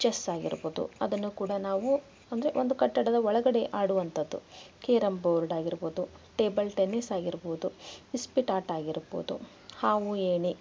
chess ಆಗಿರ್ಬೋದು ಅದನ್ನು ಕೂಡ ನಾವು ಅಂದರೆ ಒಂದು ಕಟ್ಟಡದ ಒಳಗಡೆ ಆಡುವಂಥದ್ದು ಕೇರಂ ಬೋರ್ಡ್ ಆಗಿರ್ಬೋದು ಟೇಬಲ್ ಟೆನ್ನೀಸ್ ಆಗಿರ್ಬೋದು ಇಸ್ಪೀಟ್ ಆಟ ಆಗಿರ್ಬೋದು ಹಾವು ಏಣಿ